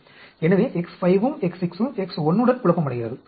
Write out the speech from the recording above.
எனவே X5 ம் X6 ம் X1 உடன் குழப்பமடைகிறது